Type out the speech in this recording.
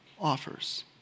offers